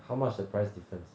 how much the price difference